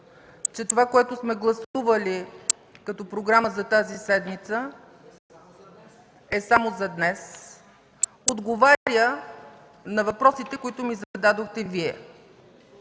че това, което сме гласували като програма за тази седмица, е само за днес, отговаря на въпросите, които ми зададохте Вие.